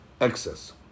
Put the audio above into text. excess